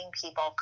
people